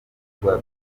dukora